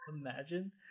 Imagine